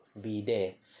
be there